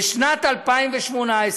שבשנת 2018,